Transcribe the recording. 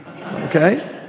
Okay